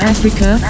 Africa